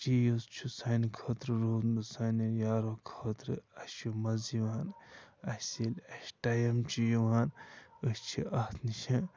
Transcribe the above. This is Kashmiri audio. چیٖز چھُ سانہِ خٲطرٕ روٗدمُت سانٮ۪ن یارَن خٲطرٕ اَسہِ چھُ مَزٕ یِوان اَسہِ ییٚلہِ اَسہِ ٹایِم چھُ یِوان أسۍ چھِ اَتھ نِشہٕ